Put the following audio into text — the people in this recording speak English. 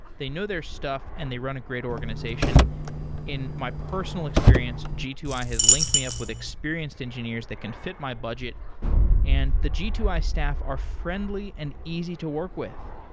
they know their stuff and they run a great organization in my personal experience, g two i has linked me up with experienced engineers that can fit my budget and the g two i staff are friendly and easy to work with.